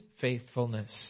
faithfulness